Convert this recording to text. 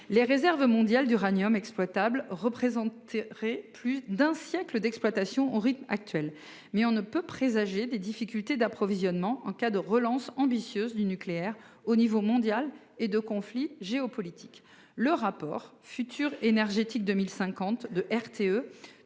les réserves mondiales d'uranium exploitable représenteraient plus d'un siècle d'exploitation au rythme actuel, mais on ne peut présager des difficultés d'approvisionnement en cas de relance ambitieuse du nucléaire au niveau mondial et de conflits géopolitiques. Le rapport de RTE,